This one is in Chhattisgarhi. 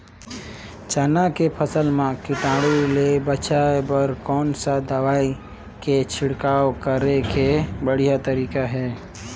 चाना के फसल मा कीटाणु ले बचाय बर कोन सा दवाई के छिड़काव करे के बढ़िया तरीका हे?